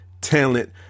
talent